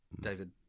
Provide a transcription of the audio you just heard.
David